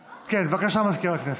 בבקשה, מזכיר הכנסת.